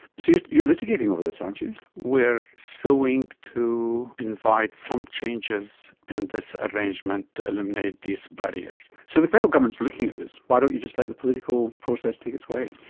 so you are litigating over this, aren't you? we are suing to invite some changes in and this arrangement, to eliminate these barriers. so the federal government is looking at this, why don't you just let the political process take its way?